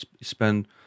spend